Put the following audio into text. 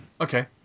Okay